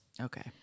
Okay